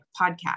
podcast